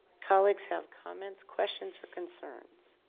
colleagues have comments questions or concerns.